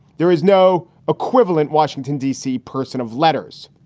there is no equivalent washington, d c. person of letters,